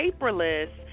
paperless